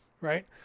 right